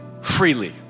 freely